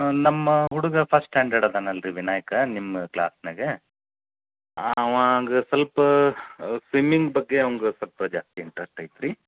ನಮ್ಮ ಹುಡುಗ first standard ಇದಾನಲ್ರಿ ವಿನಾಯಕ ನಿಮ್ಮ ಕ್ಲಾಸ್ನ್ಯಾಗ ಅವಂಗೆ ಸ್ವಲ್ಪ ಸ್ವಿಮ್ಮಿಂಗ್ ಬಗ್ಗೆ ಅಂವ್ಗೆ ಸ್ವಲ್ಪ ಜಾಸ್ತಿ ಇಂಟ್ರೆಸ್ಟ್ ಐತ್ರೀ